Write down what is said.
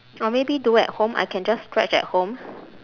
or maybe do at home I can just stretch at home